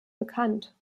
bekannt